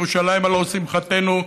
וירושלים על ראש שמחתנו,